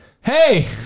Hey